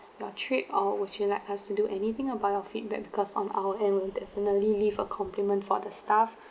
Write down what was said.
your trip or would you like us to do anything about your feedback because on our end we'll definitely leave a compliment for the staff